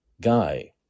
guy